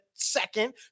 Second